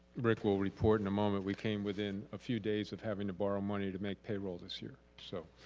rick will report in a moment, we came within a few days of having to borrow money to make payroll this year. so,